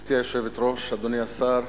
גברתי היושבת-ראש, אדוני השר,